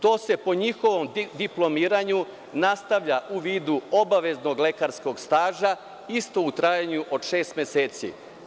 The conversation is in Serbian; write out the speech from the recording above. To se po njihovom diplomiranju nastavlja u vidu obaveznog lekarskog staža isto u trajanju od šest meseci.